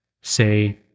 say